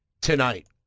tonight